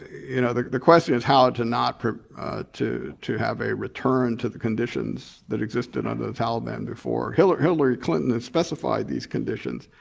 you know the the question is how ah to not to to have a return to the conditions that existed under the taliban before. hillary hillary clinton and specified these conditions